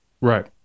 Right